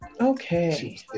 Okay